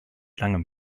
langem